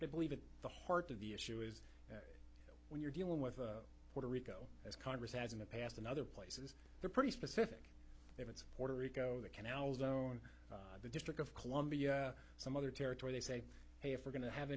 but i believe in the heart of the issue is that when you're dealing with puerto rico as congress has in the past in other places they're pretty specific if it's puerto rico the canal zone the district of columbia some other territory they say hey if we're going to have